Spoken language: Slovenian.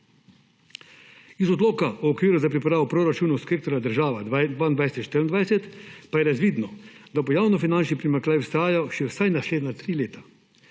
Iz odloka o okviru za pripravo proračunov sektorja država 2022–2024 pa je razvidno, da bo javnofinančni primanjkljaj vztrajal še vsaj naslednja tri leta.